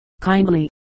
kindly